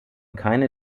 keine